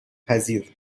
پذیر